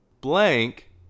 Blank